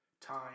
Time